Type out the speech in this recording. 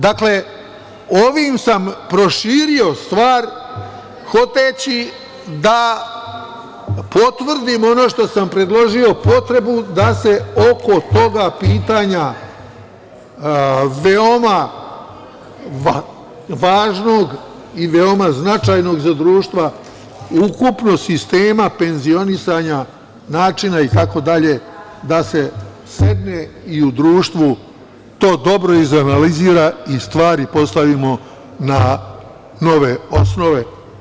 Dakle, ovim sam proširio stvar hoteći da potvrdim ono što sam predložio potrebu da se oko toga pitanja veoma važnog i veoma značajnog za društvo, ukupno sistema penzionisanja, načina itd, da se sedne i u društvu to dobro izanalizira i stvari postavimo na nove osnove.